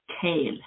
kale